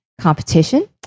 Competition